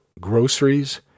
groceries